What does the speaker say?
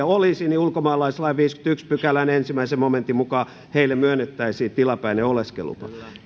olisi niin ulkomaalaislain viidennenkymmenennenensimmäisen pykälän ensimmäisen momentin mukaan heille myönnettäisiin tilapäinen oleskelulupa